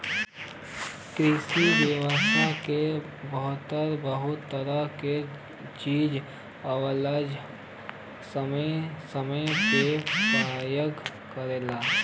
कृषि व्यवसाय के भीतर बहुत तरह क चीज आवेलाजो समय समय पे परयोग करल जाला